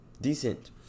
decent